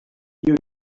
you